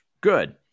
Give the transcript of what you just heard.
good